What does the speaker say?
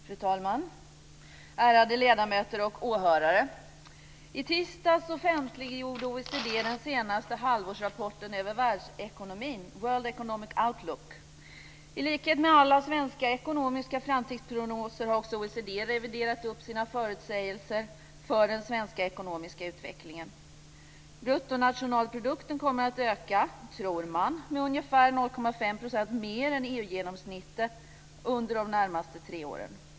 Fru talman! Ärade ledamöter och åhörare! I tisdags offentliggjorde OECD den senaste halvårsrapporten över världsekonomin, World Economic Outlook. I likhet med alla svenska ekonomiska framtidsprognoser har också OECD reviderat upp sina förutsägelser för den svenska ekonomiska utvecklingen. Bruttonationalprodukten kommer att öka, tror man, med ungefär 0,5 % mer än EU-genomsnittet under de närmaste tre åren.